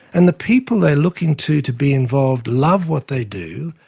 and the people they're looking to, to be involved, love what they do,